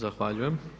Zahvaljujem.